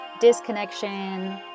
disconnection